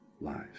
lives